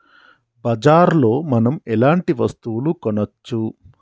బజార్ లో మనం ఎలాంటి వస్తువులు కొనచ్చు?